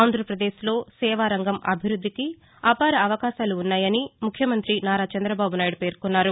ఆంధ్రప్రదేశ్లో సేవారంగం వృద్దికి అపార అవకాశాలున్నాయని ముఖ్యమంతి నారా చందబాబునాయుడు పేర్కొన్నారు